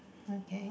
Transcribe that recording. okay